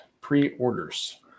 Pre-orders